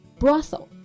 brothel